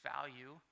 value